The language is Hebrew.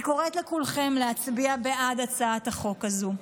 אני קוראת לכולכם להצביע בעד הצעת החוק הזו.